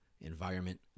environment